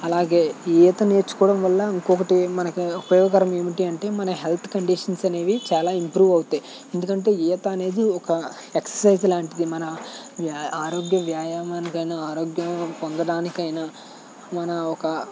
అలాగే ఈత నేర్చుకోవడంవల్ల ఇంకొకటి మనకి ఉపయోగకరం ఏమిటి అంటే మన హెల్త్ కండిషన్స్ అనేవి చాలా ఇంప్రూవ్ అవుతాయి ఎందుకంటే ఈత అనేది ఒక ఎక్సర్సైజ్ లాంటిది మన వ్య ఆరోగ్య వ్యాయామానికైనా ఆరోగ్యం పొందడానికైనా మన ఒక